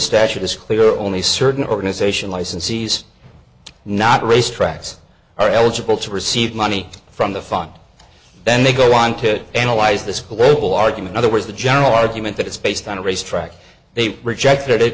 statute is clear only certain organization licensees not racetracks are eligible to receive money from the fund then they go on to analyze this global argument other words the general argument that it's based on a race track they rejected it